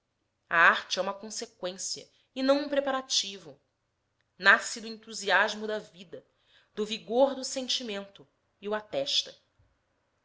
a arte é uma consequência e não um preparativo nasce do entusiasmo da vida do vigor do sentimento e o atesta